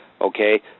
Okay